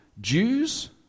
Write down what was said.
Jews